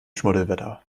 schmuddelwetter